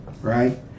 right